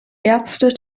ärzte